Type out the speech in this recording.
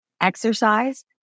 Exercise